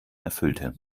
erfüllte